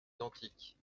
identiques